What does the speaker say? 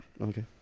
Okay